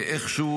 איכשהו